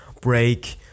break